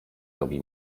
robi